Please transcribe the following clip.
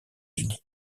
unis